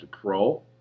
pro